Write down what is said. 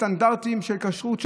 סטנדרטים של כשרות,